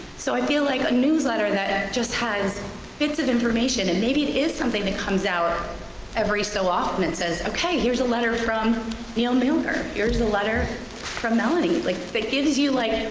so i feel like a newsletter that ah just has bits of information and maybe it is something that comes out every so often that and says, okay, here's a letter from neil milgard, here's a letter from melanie like that gives you, like,